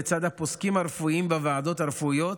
לצד הפוסקים הרפואיים בוועדות הרפואיות,